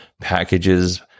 packages